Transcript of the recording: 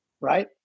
right